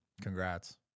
Congrats